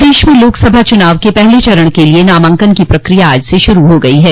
प्रदेश में लोक सभा चुनाव के पहले चरण के लिए नामांकन की प्रकिया आज से शुरू हो गयी है